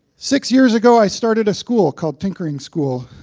six years ago, i started a school called tinkering school,